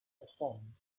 performed